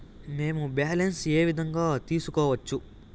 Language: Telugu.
మేము బ్యాలెన్స్ ఏ విధంగా తెలుసుకోవచ్చు?